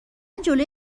جلو